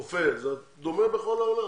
רופא, זה דומה בכל העולם,